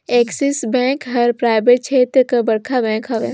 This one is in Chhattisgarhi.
एक्सिस बेंक हर पराइबेट छेत्र कर बड़खा बेंक हवे